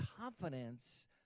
confidence